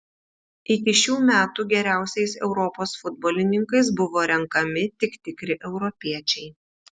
iki šių metų geriausiais europos futbolininkais buvo renkami tik tikri europiečiai